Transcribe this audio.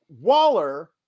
Waller